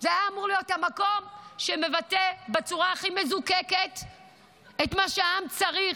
זה היה אמור להיות המקום שמבטא בצורה הכי מזוקקת את מה שהעם צריך.